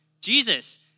Jesus